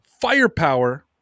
firepower